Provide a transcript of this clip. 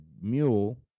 mule